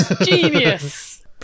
Genius